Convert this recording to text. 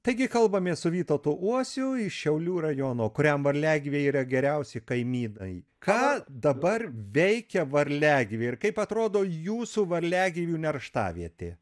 taigi kalbamės su vytautu uosiu iš šiaulių rajono kuriam varliagyviai yra geriausi kaimynai ką dabar veikia varliagyviai ir kaip atrodo jūsų varliagyvių nerštavietė